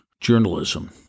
Journalism